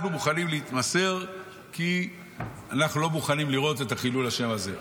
אנחנו מוכנים להתמסר כי אנחנו לא מוכנים לראות את חילול השם הזה,